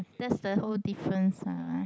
that's the whole difference ah